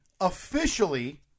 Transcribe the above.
officially